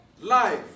life